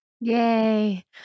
Yay